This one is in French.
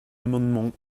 amendement